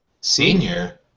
Senior